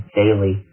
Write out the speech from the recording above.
daily